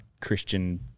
Christian